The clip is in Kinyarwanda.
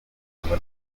numva